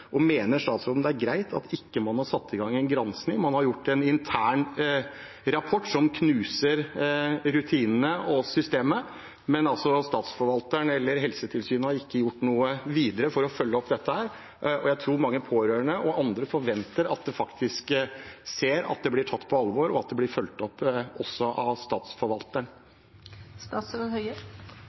Mener statsråden det er greit at man ikke har satt i gang en gransking? Man har en intern rapport som knuser rutinene og systemet, men statsforvalteren eller Helsetilsynet har ikke gjort noe videre for å følge opp dette. Jeg tror mange pårørende og andre forventer å se at det faktisk blir tatt på alvor og fulgt opp også av